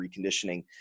reconditioning